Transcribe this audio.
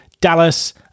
Dallas